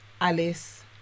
Alice